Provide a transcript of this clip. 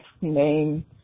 name